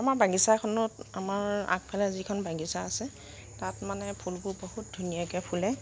আমাৰ বাগিচাখনত আমাৰ আগফালে যিখন বাগিচা আছে তাত মানে ফুলবোৰ বহুত ধুনীয়াকৈ ফুলে